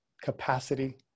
capacity